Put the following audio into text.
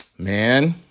Man